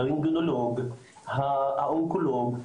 האונקולוג,